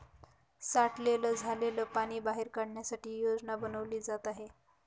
साठलेलं झालेल पाणी बाहेर काढण्यासाठी योजना बनवली जात आहे